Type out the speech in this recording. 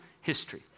history